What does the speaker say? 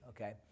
okay